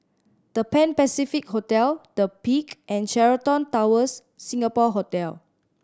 The Pan Pacific Hotel The Peak and Sheraton Towers Singapore Hotel